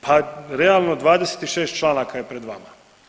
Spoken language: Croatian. Pa realno 26 članaka je pred vama.